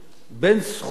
בין זכויות קניין,